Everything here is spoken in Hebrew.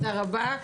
תודה רבה.